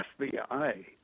FBI